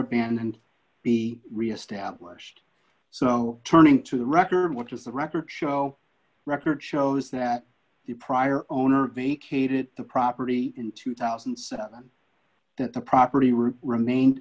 abandoned be reestablished so turning to the record what is the record show record shows that the prior owner vacated the property in two thousand and seven that the property room remained